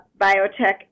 biotech